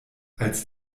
als